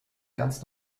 ganz